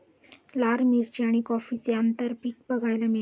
लाल मिरची आणि कॉफीचे आंतरपीक बघायला मिळते